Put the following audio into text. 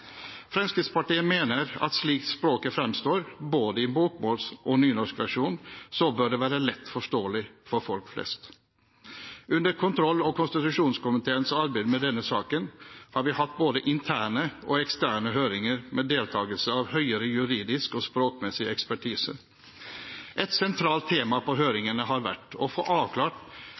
Fremskrittspartiet mener at slik språket fremstår, både i bokmåls- og nynorskversjonen, bør det være lett forståelig for folk flest. Under kontroll- og konstitusjonskomiteens arbeid med denne saken har vi hatt både interne og eksterne høringer med deltakelse av høyere juridisk og språkmessig ekspertise. Et sentralt tema på høringene har vært å få avklart